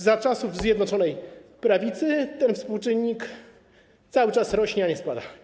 że za czasów Zjednoczonej Prawicy ten współczynnik cały czas rośnie, a nie spada.